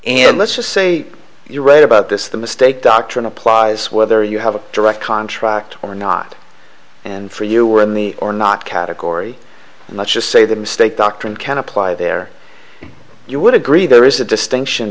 and let's just say you're right about this the mistake doctrine applies whether you have a direct contract or not and for you were in the or not category and let's just say the mistake doctrine can apply there you would agree there is a distinction